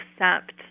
accept